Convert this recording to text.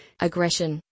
aggression